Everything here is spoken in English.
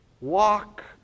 Walk